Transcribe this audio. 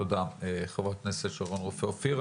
תודה ח"כ שרון רופא אופיר.